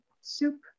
soup